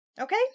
okay